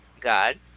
God